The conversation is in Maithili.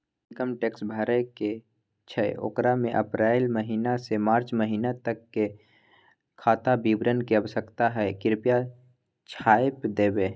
इनकम टैक्स भरय के छै ओकरा में अप्रैल महिना से मार्च महिना तक के खाता विवरण के आवश्यकता हय कृप्या छाय्प देबै?